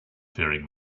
faring